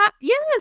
Yes